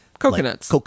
Coconuts